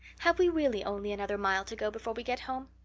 have we really only another mile to go before we get home?